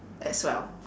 as well